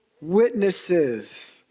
witnesses